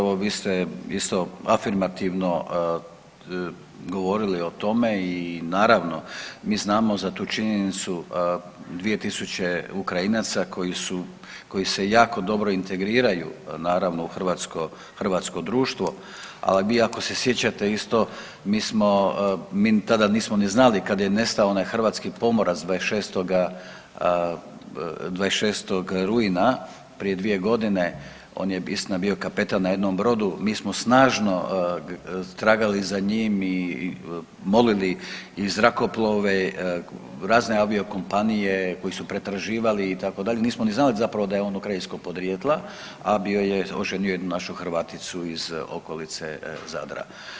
Evo vi ste zapravo isto afirmativno govorili o tome i naravno mi znamo za tu činjenicu 2000 Ukrajinaca koji se jako dobro integriraju naravno u hrvatsko društvo, ali vi ako se sjećate isto mi tada nismo ni znali kada je nestao onaj hrvatski pomorac 26. rujna prije dvije godine, on je istina bio kapetan na jednom brodu, mi smo snažno tragali za njim i molili i zrakoplove razne aviokompanije koji su pretraživali itd. nismo ni znali zapravo da je on ukrajinskog podrijetla, a bio je oženio je našu Hrvaticu iz okolice Zadra.